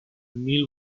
mil